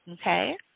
Okay